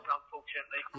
unfortunately